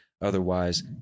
otherwise